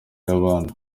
y’abandi